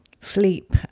sleep